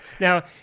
Now